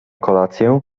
kolację